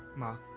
mom.